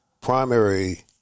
primary